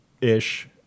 ish